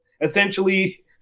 essentially